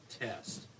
test